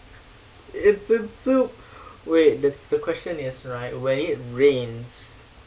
it's a soup wait the the question is right when it rains